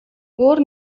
өөр